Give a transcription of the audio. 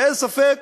ואין ספק